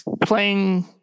playing